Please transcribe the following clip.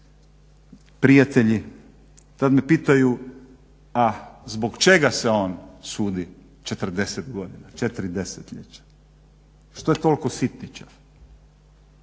prijatelji, tad me pitaju a zbog čega se on sudi 40 godina, 4 desetljeća, što je tolko sitničav.